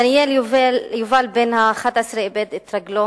דניאל יובל בן ה-11 איבד את רגלו